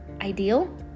ideal